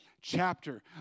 chapter